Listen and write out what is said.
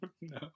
No